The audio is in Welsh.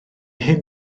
hyn